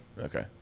Okay